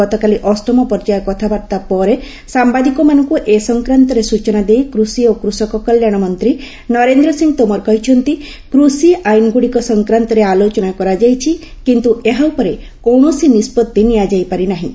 ଗତକାଲି ଅଷ୍ଟମ ପର୍ଯ୍ୟାୟ କଥାବାର୍ତ୍ତା ପରେ ସାମ୍ବାଦିକମାନଙ୍କୁ ଏ ସଂକ୍ରାନ୍ତରେ ସୂଚନା ଦେଇ କୃଷି ଓ କୃଷକ କଲ୍ୟାଣ ମନ୍ତ୍ରୀ ନରେନ୍ଦ୍ର ସିଂହ ତୋମର କହିଛନ୍ତି କୃଷି ଆଇନ୍ ଗୁଡ଼ିକ ସଂକ୍ରାନ୍ତରେ ଆଲୋଚନା କରାଯାଇଛି କିନ୍ତୁ ଏହା ଉପରେ କୌଣସି ନିଷ୍କଭି ନିଆଯାଇପାରି ନାହିଁ